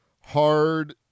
hard